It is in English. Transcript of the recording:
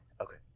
Okay